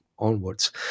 onwards